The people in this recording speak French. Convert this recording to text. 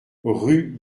rue